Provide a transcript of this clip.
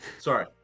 Sorry